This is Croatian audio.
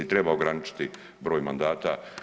Treba ograničiti broj mandata.